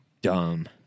Dumb